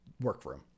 workroom